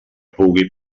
pugui